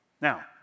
Now